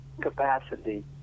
capacity